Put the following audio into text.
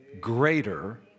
greater